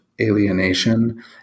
alienation